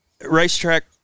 racetrack